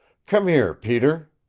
come here, peter!